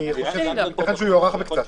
אני חושב שהוא יוארך בקצת.